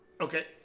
okay